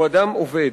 הוא אדם עובד.